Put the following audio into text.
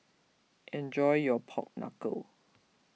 enjoy your Pork Knuckle